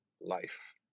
life